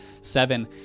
seven